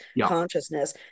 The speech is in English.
consciousness